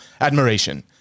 admiration